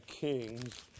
Kings